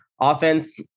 Offense